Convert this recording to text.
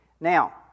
Now